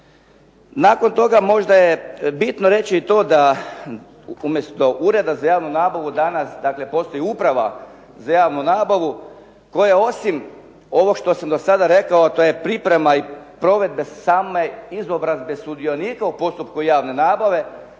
Nakon toga možda je bitno reći i to da umjesto Ureda za javnu nabavu danas postoji Uprava za javnu nabavu koja osim ovoga što sam do sada rekao a to je priprema i provedba same izobrazbe sudionika u postupku javne nabave